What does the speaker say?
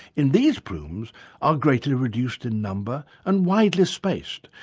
in these plumes are greatly reduced in number and widely spaced,